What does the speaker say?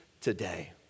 today